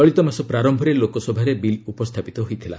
ଚଳିତ ମାସ ପ୍ରାରମ୍ଭରେ ଲୋକସଭାରେ ବିଲ୍ ଉପସ୍ଥାପିତ ହୋଇଥିଲା